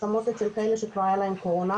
למרות שיש כאלה שכבר היה להן קורונה.